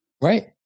Right